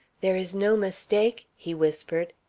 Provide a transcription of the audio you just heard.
there is no mistake? he whispered.